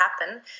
happen